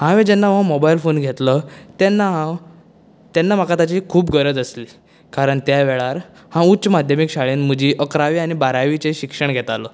हांवे जेन्ना हो मोबायल फोन घेतलो तेन्ना हांव तेन्ना म्हाका ताची खूब गरज आसली कारण त्या वेळार हांव उच्च माध्यमीक शाळेंत म्हजी अकरावी आनी बारावीचें शिक्षण घेतालो